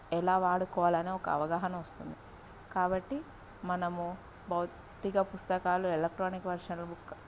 ఎలా వాడుకోవాలని ఒక అవగాహన వస్తుంది కాబట్టి మనము భౌతిక పుస్తకాలు ఎలక్ట్రానిక్ వెర్షన్ బుక్క